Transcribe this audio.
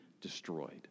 destroyed